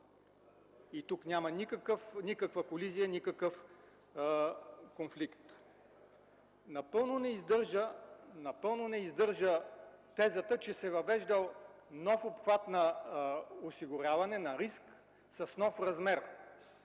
Тук няма никаква колизия, никакъв конфликт. Напълно не издържа тезата, че се въвеждал нов обхват на осигуряване на риск с нов размер.